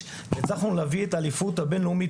זה ארגון מדהים,